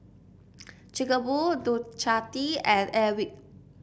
Chic A Boo Ducati and Airwick